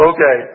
Okay